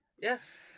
Yes